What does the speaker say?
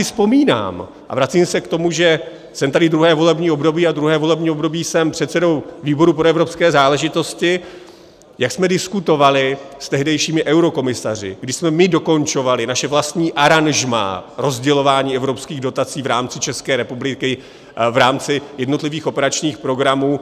Já si vzpomínám, a vracím se k tomu, že jsem tady druhé volební období a druhé volební období jsem předsedou výboru pro evropské záležitosti, jak jsme diskutovali s tehdejšími eurokomisaři, kdy jsme my dokončovali naše vlastní aranžmá rozdělování evropských dotací v rámci České republiky, v rámci jednotlivých operačních programů.